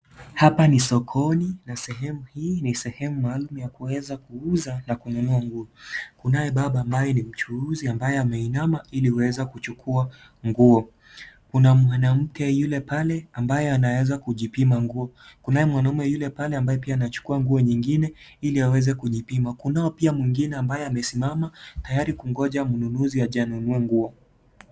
Hapa ni sokoni na sehemu hii ni sehemu maalum ya kuweza kuuza na kununua nguo. Kunaye baba ambaye ni mchuuzi ambaye ameinama ili aweza kuchukua nguo. Kuna mwanamke yule pale ambaye anaweza kujipima nguo. Kunaye mwanaume yule pale ambaye pia anachukua nguo nyingine ili aweze kujipima. Kunao pia mwingine ambaye amesimama tayari kungoja mnunuzi aje anunue nguo.